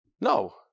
No